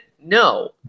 No